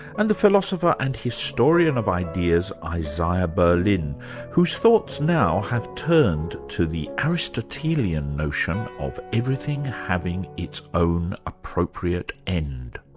and the philosopher and historian of ideas, isaiah berlin whose thoughts now have turned to the aristotelian notion of everything having its own appropriate end.